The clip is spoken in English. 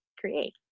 create